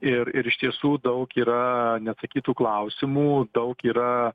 ir ir iš tiesų daug yra neatsakytų klausimų daug yra